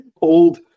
old